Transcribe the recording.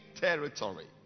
territory